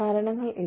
കാരണങ്ങൾ ഇതാ